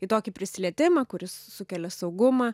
į tokį prisilietimą kuris sukelia saugumą